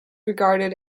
regarded